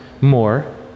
more